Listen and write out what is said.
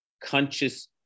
conscious